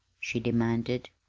she demanded.